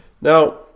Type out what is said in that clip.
Now